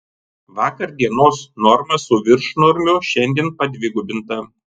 vakar dienos norma su viršnormiu šiandien padvigubinta